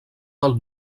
del